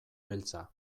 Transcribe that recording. beltza